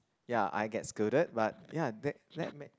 ya I get scolded but ya that that make